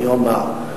אני אומר.